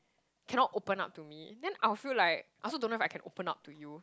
cannot open up to me then I will feel like I also don't know if I can open up to you